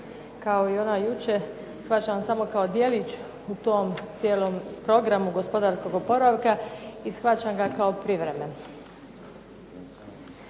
kao i onaj jučer shvaćam samo kao djelić u tom cijelom programu gospodarskog oporavka, i shvaćam ga kao privremen.